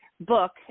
book